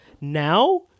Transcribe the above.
now